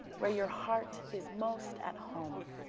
where your heart is most at home.